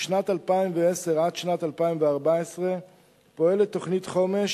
משנת 2010 עד 2014 פועלת תוכנית חומש